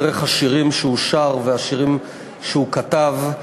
דרך השירים שהוא שר והשירים שהוא כתב,